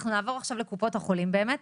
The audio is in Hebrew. אנחנו נעבור עכשיו לקופות החולים באמת,